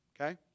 okay